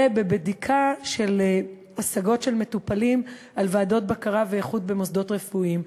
ולבדיקה של השגות של מטופלים על ועדות בקרה ואיכות במוסדות רפואיים.